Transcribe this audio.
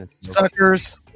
suckers